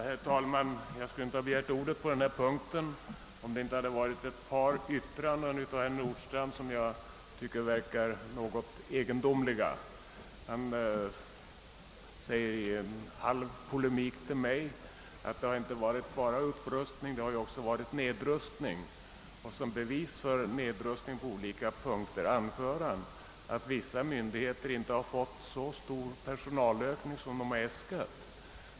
Herr talman! Jag skulle inte ha begärt ordet under denna punkt om inte herr Nordstrandh hade fällt ett par yttranden som jag tycker verkar något egendomliga. Herr Nordstrandh säger, halvt i polemik mot mig, att det har inte varit bara upprustning — det har också varit nedrustning. Och som bevis för att det skett en nedrustning på olika punkter anför herr Nordstrandh att vissa myndigheter inte fått så stor personalökning som de äskat.